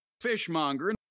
fishmonger